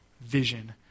vision